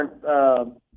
different